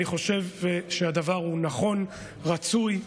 אני חושב שהדבר הוא נכון, רצוי.